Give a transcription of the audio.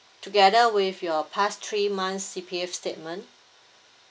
together with your past three months C_P_F statement